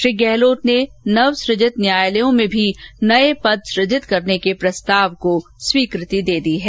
श्री गहलोत ने नवसुजित न्यायालयों में भी नये पद सुजित करने के प्रस्ताव को स्वीकृति दे दी हैं